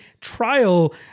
trial